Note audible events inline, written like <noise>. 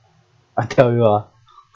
I tell <laughs> you ah